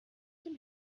dem